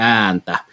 ääntä